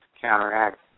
counteract